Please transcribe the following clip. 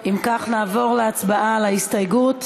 אם כך, נעבור להצבעה על ההסתייגויות